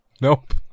Nope